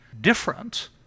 different